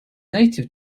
native